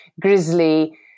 grizzly